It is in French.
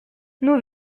nous